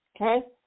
Okay